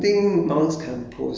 okay um